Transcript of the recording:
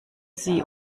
sie